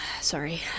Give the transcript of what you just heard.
Sorry